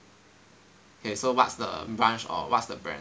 okay so what's the branch or what's the brand